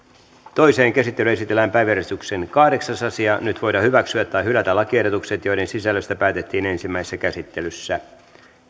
toiseen käsittelyyn esitellään päiväjärjestyksen kahdeksas asia nyt voidaan hyväksyä tai hylätä lakiehdotukset joiden sisällöstä päätettiin ensimmäisessä käsittelyssä